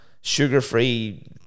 Sugar-free